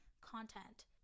content